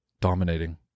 dominating